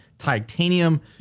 titanium